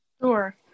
Sure